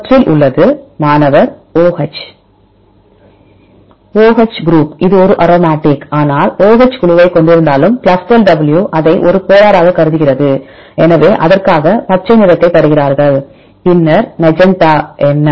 அவற்றில் உள்ளது மாணவர் OH OH குரூப் இது ஒரு அரோமேட்டிக் ஆனால் இது OH குழுவைக் கொண்டிருந்தாலும் Clustal W இதை ஒரு போலார் ஆக கருதுகிறது எனவே அதற்காக பச்சை நிறத்தை தருகிறார்கள் பின்னர் மெஜந்தா என்ன